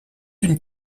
une